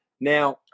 Now